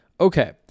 Okay